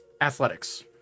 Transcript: athletics